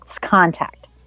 contact